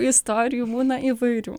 istorijų būna įvairių